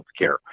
healthcare